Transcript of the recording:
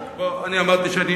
מישהו אמר לך "בוגד"?